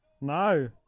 No